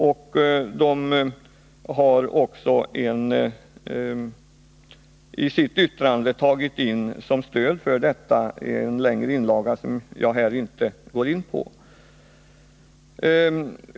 Museet har också i sitt yttrande som stöd för denna åsikt tagit in en längre inlaga som jag här inte går in på.